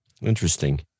Interesting